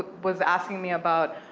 was asking me about,